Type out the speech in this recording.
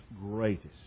greatest